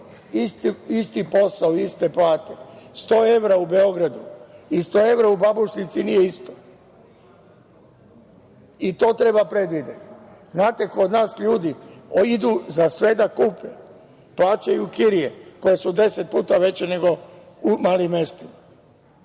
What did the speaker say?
istom poslu, o istim platama, 100 evra u Beogradu i 100 evra u Babušnici nije isto i to treba predvideti. Znate, kod nas ljudi idu za sve da kupe, plaćaju kirije koje su 10 puta veće nego u malim mestima.